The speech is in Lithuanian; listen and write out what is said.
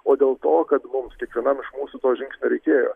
o dėl to kad mums kiekvienam iš mūsų to žingsnio reikėjo